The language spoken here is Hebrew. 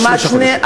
לעבוד שלושה חודשים.